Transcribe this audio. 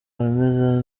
hameze